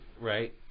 Right